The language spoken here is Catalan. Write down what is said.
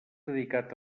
dedicat